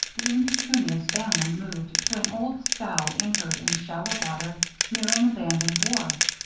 the impecunious family moved to an old scow anchored in shallow water near an abandoned wharf.